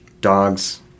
dogs